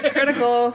Critical